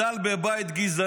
הרי הוא גדל בבית גזעני.